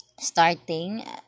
starting